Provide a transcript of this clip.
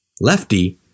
Lefty